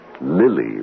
Lily